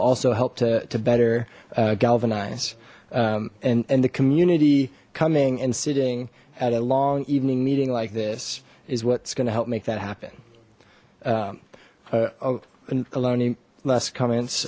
also help to better galvanize and and the community coming and sitting at a long evening meeting like this is what's going to help make that happen bologna less comments